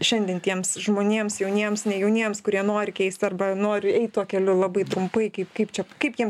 šiandien tiems žmonėms jauniems ne jauniems kurie nori keist arba nori eit tuo keliu labai trumpai kaip kaip čia kaip jiems